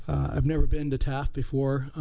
um never been to taft before